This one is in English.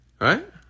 Right